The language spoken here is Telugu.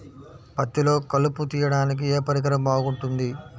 పత్తిలో కలుపు తీయడానికి ఏ పరికరం బాగుంటుంది?